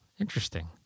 interesting